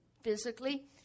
physically